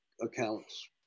accounts